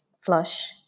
flush